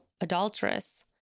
adulteress